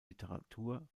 literatur